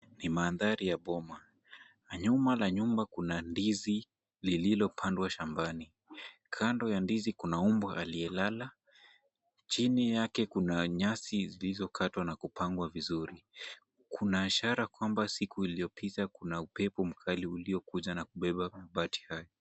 Ni mandhari ya boma na nyuma ya nyumba kuna ndizi lililo pandwa shambani. Kando ya ndizi kuna mbwa aliyelala chini yake kuna nyasi zilizo katwa na kupangwa vizuri. Kuna ishara kwamba siku iliyo pita kuna upepo mkali ulio kuja na kubeba mabati hayo.